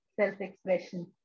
self-expression